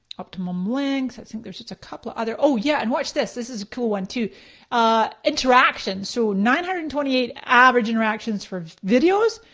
optimum length. i think there's just a couple other. oh yeah and watch this, this is a cool one interactions. so nine hundred and twenty eight average interactions for videos.